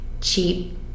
cheap